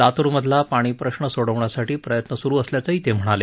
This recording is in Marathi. लातूरमधला पाणीप्रश्न सोडवण्यासाठी प्रयत्न सुरु असल्याचं ते म्हणाले